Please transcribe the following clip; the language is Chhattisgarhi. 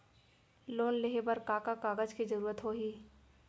लोन लेहे बर का का कागज के जरूरत होही?